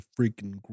freaking